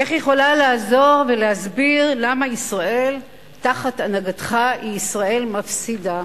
איך היא יכולה לעזור ולהסביר למה ישראל תחת הנהגתך היא ישראל מפסידה.